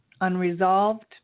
unresolved